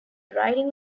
riding